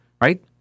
right